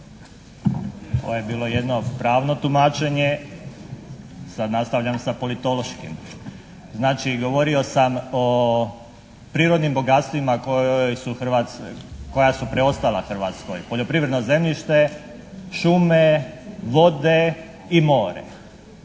Ovo je bilo jedno pravno tumačenje, sad nastavljam sa politološkim. Znači govorio sam o prirodnim bogatstvima koja su preostala Hrvatskoj. Poljoprivredno zemljište, šume, vode i more.